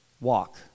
Walk